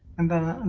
and the